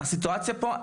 הסיטואציה פה,